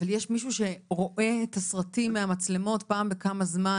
אבל יש מישהו שרואה את הסרטים מהמצלמות פעם בכמה זמן?